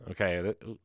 Okay